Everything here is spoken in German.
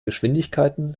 geschwindigkeiten